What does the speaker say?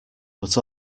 but